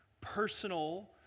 personal